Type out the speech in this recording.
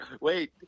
wait